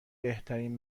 بهترین